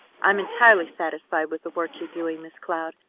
i'm entirely satisfied with the work you're doing, miss cloud.